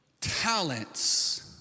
talents